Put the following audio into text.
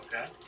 Okay